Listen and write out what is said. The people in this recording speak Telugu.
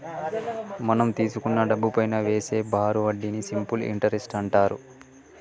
మనం తీసుకున్న డబ్బుపైనా వేసే బారు వడ్డీని సింపుల్ ఇంటరెస్ట్ అంటారు